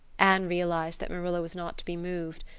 anne realized that marilla was not to be moved.